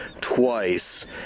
twice